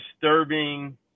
disturbing